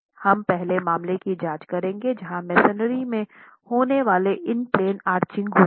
हम पहले मामले की जांच करेंगे जहाँ मेसनरी में होने वाली इन प्लेन आर्चिंग होती है